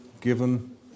given